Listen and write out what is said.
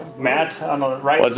matt on the right. what's